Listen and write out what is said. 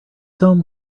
home